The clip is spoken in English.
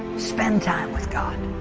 spend time with god